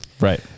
Right